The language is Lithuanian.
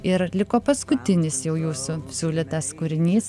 ir liko paskutinis jau jūsų siūlytas kūrinys